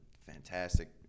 fantastic